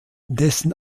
dessen